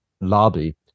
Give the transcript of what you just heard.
lobby